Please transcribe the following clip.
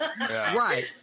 Right